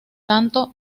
tanto